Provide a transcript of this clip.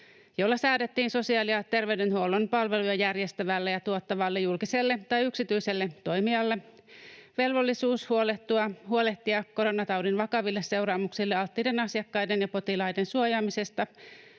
jolla säädettiin sosiaali- ja terveydenhuollon palveluja järjestävälle ja tuottavalle julkiselle tai yksityiselle toimijalle velvollisuus huolehtia koronataudin vakaville seuraamuksille alttiiden asiakkaiden ja potilaiden suojaamisesta